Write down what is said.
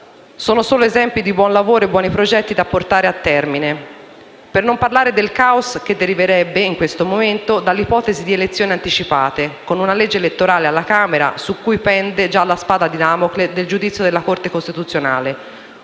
sono solo esempi di buon lavoro e buoni progetti da portare a termine. Per non parlare del caos che deriverebbe, in questo momento, dall'ipotesi di elezioni anticipate: con una legge elettorale alla Camera su cui pende già la spada di Damocle del giudizio della Corte costituzionale,